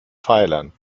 pfeilern